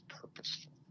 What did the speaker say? purposeful